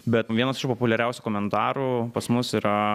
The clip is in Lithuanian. bet vienas iš populiariausių komentarų pas mus yra